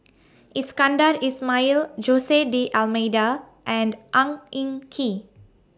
Iskandar Ismail Jose D'almeida and Ang Yin Kee